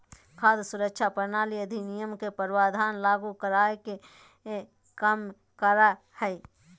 खाद्य सुरक्षा प्रणाली अधिनियम के प्रावधान लागू कराय के कम करा हइ